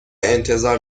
انتظار